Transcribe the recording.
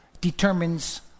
determines